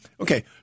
Okay